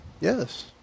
yes